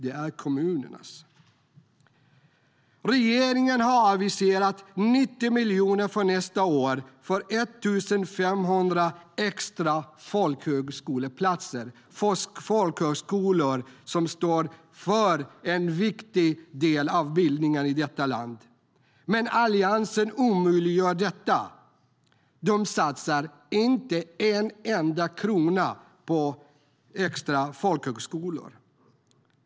Det är kommunernas. Regeringen har aviserat 90 miljoner för nästa år till 1 500 extra folkhögskoleplatser. Folkhögskolor står för en viktig del av bildningen i detta land. Men Alliansen omöjliggör detta.